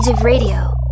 radio